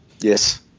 Yes